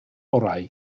orau